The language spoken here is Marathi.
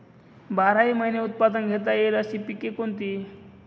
बाराही महिने उत्पादन घेता येईल अशी पिके कोणती?